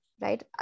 right